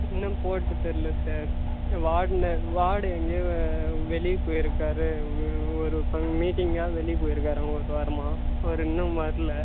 இன்னும் போட்டு தரல சார் வார்ட் ந வார்டு எங்கேயோ வெளியே போய்ருக்கார் ஒரு ஃபங் மீட்டிங்க்காக வெளியே போய்ருக்காராம் ஒரு வாரமாக அவர் இன்னும் வரல